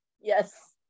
yes